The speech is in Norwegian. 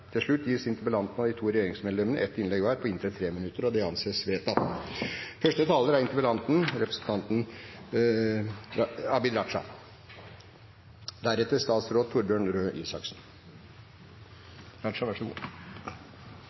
Til slutt gis interpellanten og de to regjeringsmedlemmene ett innlegg hver på inntil 3 minutter. – Dette anses vedtatt.